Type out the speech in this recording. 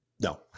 No